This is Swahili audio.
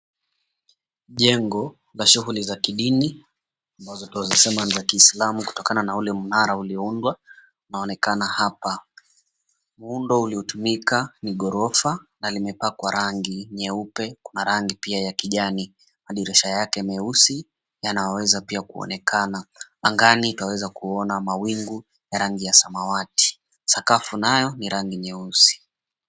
Jengo la shughuli za kidini, ambazo twaweza sema ni za kiislamu kutokana na ule mnara ulioundwa, unaonekana hapa. Muundo uliotumika ni gorofa na limepakwa rangi nyeupe kuna rangi pia ya kijani. Madirisha yake meusi yanaweza pia kuonekana. Angani twaweza kuona mawingu rangi ya samawati. Sakafu nayo ni rangi nyeusi.